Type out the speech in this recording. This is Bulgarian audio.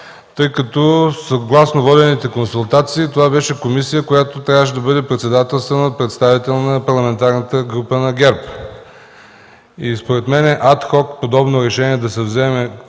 тъй като съгласно водените консултации това беше комисия, която трябваше да бъде председателствана от представител на Парламентарната група на ГЕРБ. Според мен не бива ад хок да се вземе